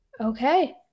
okay